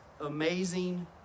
amazing